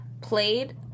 played